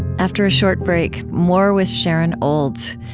after a short break, more with sharon olds.